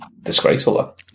Disgraceful